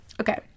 Okay